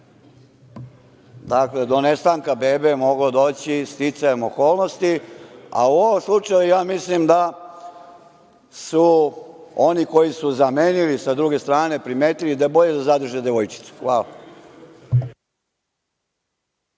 do nestanka bebe je moglo doći sticajem okolnosti. U ovom slučaju, mislim da su oni koji su zamenili sa druge strane, primetili da je bolje da zadrže devojčicu. Hvala.